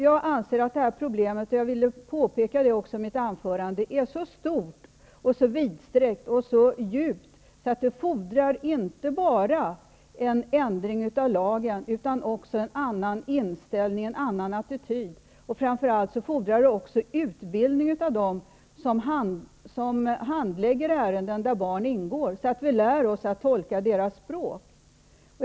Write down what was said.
Jag anser, och jag ville påpeka det också i mitt huvudanförande, att problemet är så stort, så vidsträckt och så djupt att det fordrar inte bara ändring av lagen utan också en annan inställning, en annan attityd. Framför allt fordrar det utbildning av dem som handlägger ärenden som rör barn, så att vi lär oss att tolka deras språk.